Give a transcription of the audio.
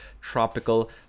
Tropical